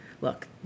look